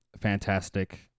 fantastic